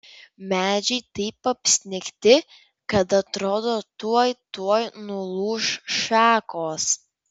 medžiai taip apsnigti kad atrodo tuoj tuoj nulūš šakos